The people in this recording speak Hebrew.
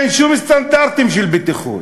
אין שום סטנדרטים של בטיחות.